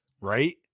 Right